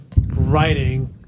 writing